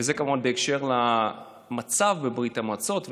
וזה כמובן בהקשר של המצב בברית המועצות,